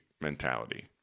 mentality